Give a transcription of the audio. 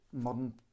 modern